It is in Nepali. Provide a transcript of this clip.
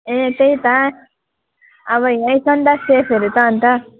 ए त्यही त अब यहीँ छ नि त सेडहरू त अन्त